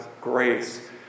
grace